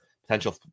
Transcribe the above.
potential